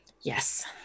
Yes